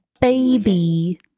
Baby